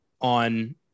on